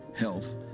health